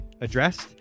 addressed